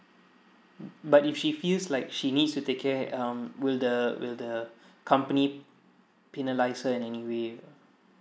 but if she feels like she needs to take care um will the will the company penalize her in anyway uh